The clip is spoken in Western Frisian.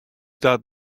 dat